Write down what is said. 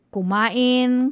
Kumain